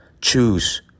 Choose